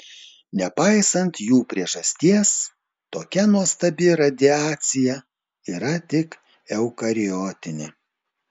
nepaisant jų priežasties tokia nuostabi radiacija yra tik eukariotinė